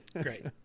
Great